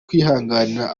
kwihanganira